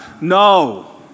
No